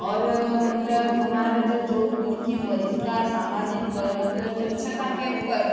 और मतलब हमारा जो जोधपुर की परिष्कार सामाजिक मतलब स्वच्छता के ऊपर